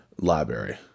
library